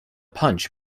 punch